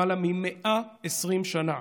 למעלה מ-120 שנה,